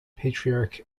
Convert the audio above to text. patriarch